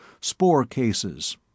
Spore-cases